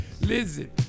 Listen